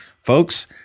Folks